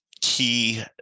key